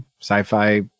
sci-fi